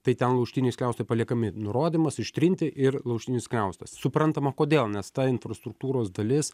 tai ten laužtiniai skliaustai paliekami nurodymas ištrinti ir laužtinis skliaustas suprantama kodėl nes ta infrastruktūros dalis